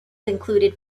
included